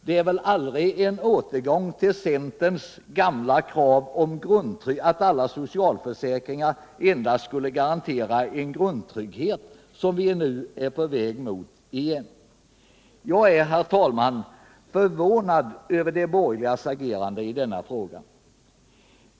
Det är väl aldrig en återgång till centerns gamla krav att alla sociala försäkringar endast skall garantera en grundtrygghet som vi nu är på väg mot? Jag är, herr talman, förvånad över de borgerligas agerande i denna fråga.